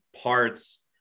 parts